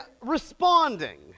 responding